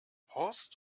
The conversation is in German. horst